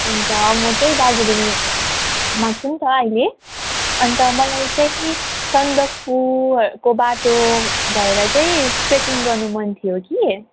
अन्त म चाहिँ दार्जिलिङमा छु नि त अहिले अन्त मलाई चाहिँ सन्दकपुहरूको बाटो भएर चाहिँ ट्रेकिङ गर्नु मन थियो कि